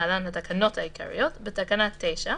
(תיקון מס' 13),